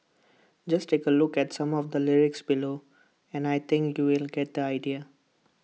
just take A look at some of the lyrics below and I think you'll get the idea